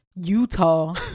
Utah